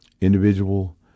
individual